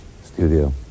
studio